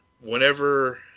whenever